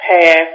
path